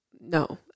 no